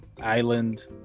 island